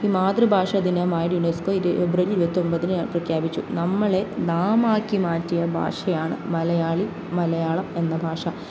ഈ മാതൃഭാഷ ദിനമായിട്ട് യുണസ്കോ ഇത് ഏപ്രിൽ ഇരുപത്തൊൻമ്പതിന് പ്രഖ്യാപിച്ചു നമ്മളെ നാമാക്കി മാറ്റിയ ഭാഷയാണ് മലയാളി മലയാളം എന്ന ഭാഷ